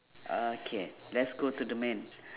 okay let's go to the man